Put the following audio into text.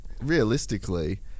realistically